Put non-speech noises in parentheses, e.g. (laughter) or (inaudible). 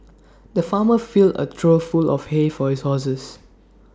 (noise) the farmer filled A trough full of hay for his horses